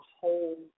whole